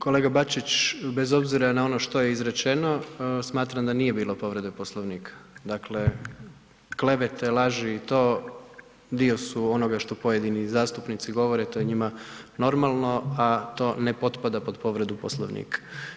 Kolega Bačić bez obzira na ono što izrečeno smatram da nije bilo povrede Poslovnika, dakle klevete, laži i to dio su onoga što pojedini zastupnici govore, to je njima normalno, a to ne potpada pod povredu Poslovnika.